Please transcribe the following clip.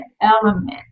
element